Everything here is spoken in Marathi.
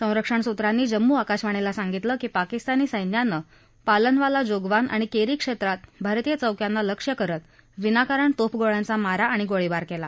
संरक्षण सूत्रांनी जम्मू आकाशवाणीला सांगितलं की पाकिस्तानी सैन्यानं पालनवाला जोगवान आणि केरी क्षेत्रात भारतीय चौक्यांना लक्ष्य करत विनाकारण तोफगोळ्यांचा मारा आणि गोळीबार केला